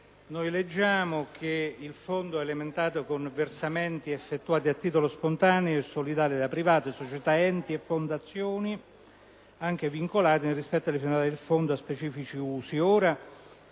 delle finanze, e` alimentato con: a) versamenti effettuati a titolo spontaneo e solidale da privati, societa, enti e fondazioni, anche vincolati, nel rispetto delle finalita del fondo, a specifici usi;